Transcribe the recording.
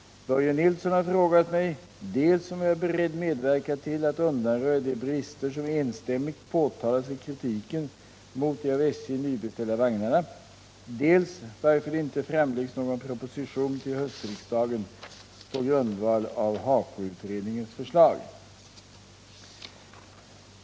Börje Nilsson har frågat mig dels om jag är beredd medverka till att undanröja de brister som enstämmigt påtalats i kritiken mot de av SJ nybeställda vagnarna, dels varför det inte framläggs någon proposition till höstriksdagen på grundval av HAKO-utredningens förslag.